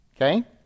okay